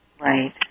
right